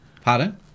Pardon